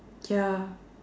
ya